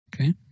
Okay